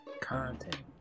Content